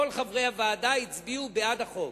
כל חברי הוועדה הצביעו בעד החוק.